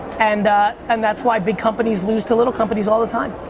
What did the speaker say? and and that's why big companies lose to little companies all the time.